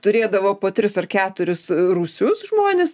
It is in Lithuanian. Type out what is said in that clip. turėdavo po tris ar keturis rūsius žmonės